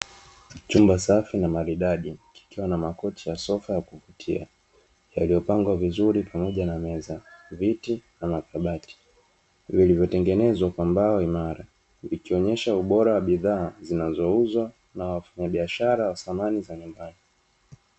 Chumba safi na maridadi kikiwa na makochi ya sofa ya kuvutia yaliyopangwa vizuri pamoja na meza, viti na makabati, vilivyotengenezwa kwa mbao imara vikionesha ubora wa bidhaa zinazouzwa na wafanyabiashara wa samani za nyumbani.